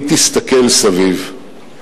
אם תסתכל סביב,